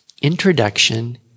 introduction